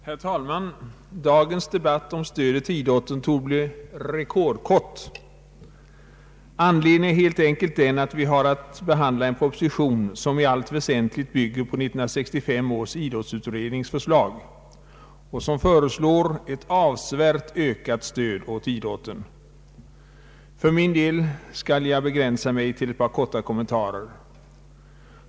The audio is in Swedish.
Herr talman! Dagens debatt om stödet till idrotten torde bli rekordkort. Anledningen är helt enkelt att vi har att behandla en proposition som i allt väsentligt bygger på 1965 års idrottsutrednings förslag, innebärande ett avsevärt ökat stöd åt idrotten. Jag skall begränsa mig till ett par korta kommentarer.